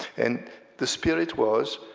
and the spirit was,